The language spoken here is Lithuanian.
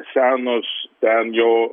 senos ten jo